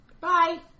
Bye